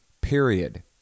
period